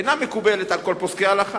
אינה מקובלת על כל פוסקי ההלכה,